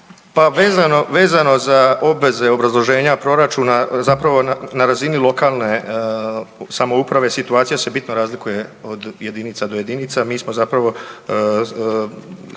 vezano za obveze obrazloženja proračuna zapravo na razini lokalne samouprave situacija se bitno razlikuje od jedinica do jedinica. Mi smo zapravo